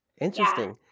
Interesting